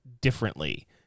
differently